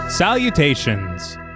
Salutations